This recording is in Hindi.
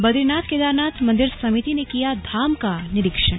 बदरीनाथ केदारनाथ मंदिर समिति ने किया धाम का निरीक्षण